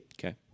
Okay